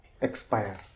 expire